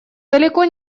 далеко